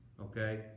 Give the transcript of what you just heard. Okay